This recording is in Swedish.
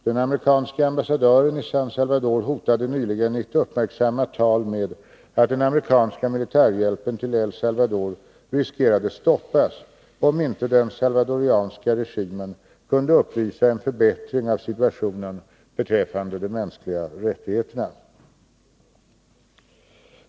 Den amerikanske ambassadören i San Salvador hotade nyligen i ett uppmärksammat tal med att den amerikanska militärhjälpen till E1 Salvador riskerade att stoppas, om inte den salvadoranska regimen kunde uppvisa en förbättring av situationen beträffande de mänskliga rättigheterna.